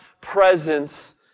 presence